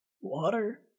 Water